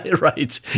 Right